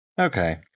Okay